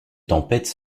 tempête